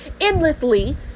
endlessly